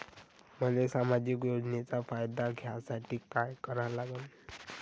मले सामाजिक योजनेचा फायदा घ्यासाठी काय करा लागन?